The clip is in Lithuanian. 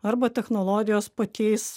arba technologijos pakeis